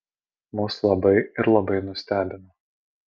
mus labai ir labai nustebino